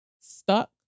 stuck